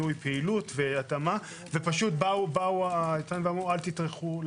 לנהל את הדיון על איזה סוג סיוע צריך לתת כאשר בחלוף שש